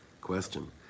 question